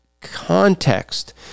context